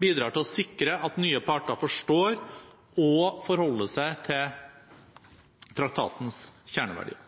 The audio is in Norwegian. bidrar til å sikre at nye parter forstår og forholder seg til traktatens kjerneverdier.